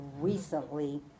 recently